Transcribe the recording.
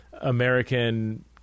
american